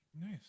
Nice